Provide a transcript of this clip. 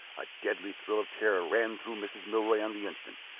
a deadly thrill of terror ran through mrs. milroy on the instant.